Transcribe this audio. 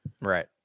Right